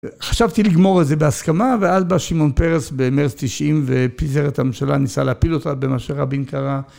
חשבתי לגמור את זה בהסכמה ואז בא שמעון פרס במרץ 90' ופיזר את הממשלה ניסה להפיל אותה במה שרבין קרא